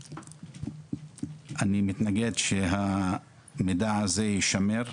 אני מתנגד שהמידע הזה יישמר.